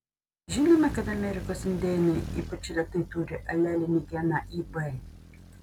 žinoma kad amerikos indėnai ypač retai turi alelinį geną ib